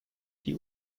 die